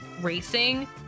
racing